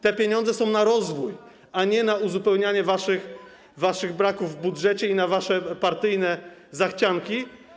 Te pieniądze są na rozwój, a nie na uzupełniania waszych braków w budżecie i na wasze partyjne zachcianki.